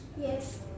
Yes